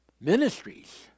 ministries